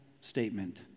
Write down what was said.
statement